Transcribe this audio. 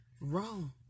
wrong